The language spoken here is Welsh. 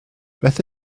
beth